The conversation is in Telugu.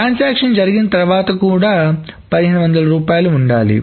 ట్రాన్సాక్షన్ జరిగిన తర్వాత కూడా 1500 రూపాయలు ఉండాలి